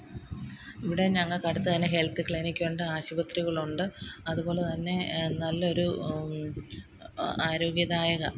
ഇവിടെ ഞങ്ങൾക്കടുത്തു തന്നെ ഹെൽത്ത് ക്ലിനിക്കുണ്ട് ആശുപത്രികളുണ്ട് അതുപോലെ തന്നെ നല്ലൊരു ആരോഗ്യദായക